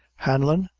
hanlon,